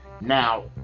Now